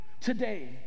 today